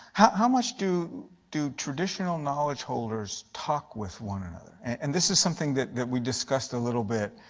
how much do do traditional knowledge holders talk with one another? and this is something that that we discussed a little bit